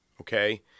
Okay